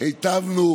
היטבנו